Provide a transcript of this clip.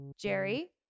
Jerry